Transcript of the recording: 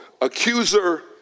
accuser